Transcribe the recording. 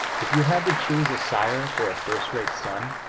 if you had to choose a sire for a first-rate son,